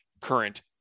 current